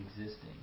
existing